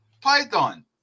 Python